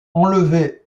enlever